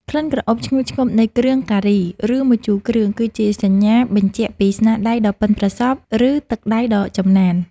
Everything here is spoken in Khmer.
ក្លិនក្រអូបឈ្ងុយឈ្ងប់នៃគ្រឿងការី ឬម្ជូរគ្រឿង គឺជាសញ្ញាបញ្ជាក់ពីស្នាដៃដ៏ប៉ិនប្រសប់ ឬទឹកដៃដ៏ចំណាន។